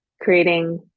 creating